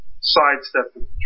sidestepping